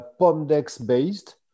pomdex-based